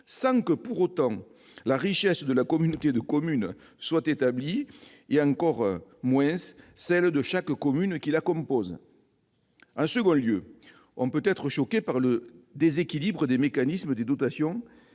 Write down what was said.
sans que, pour autant, la richesse de la communauté de communes soit établie, et encore moins celle de chaque commune qui la compose. Ensuite, on peut être choqué par le déséquilibre des mécanismes des dotations